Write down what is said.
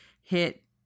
hit